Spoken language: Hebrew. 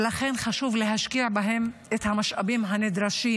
ולכן חשוב להשקיע בהם את המשאבים הנדרשים,